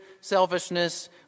selfishness